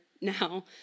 now